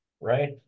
right